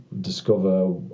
discover